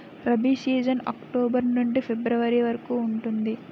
rabi season October నుండి February వరకు ఉంటుంది